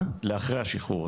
לאחרי השחרור.